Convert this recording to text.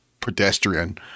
pedestrian